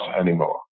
anymore